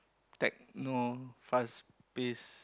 Techno fast paced